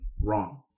wrong